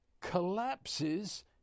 collapses